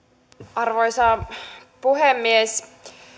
arvoisa puhemies